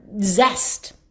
zest